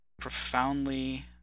profoundly